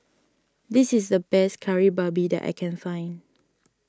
this is the best Kari Babi that I can find